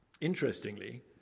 Interestingly